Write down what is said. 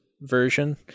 version